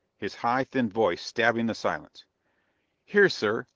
his high, thin voice stabbing the silence here, sir!